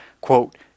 quote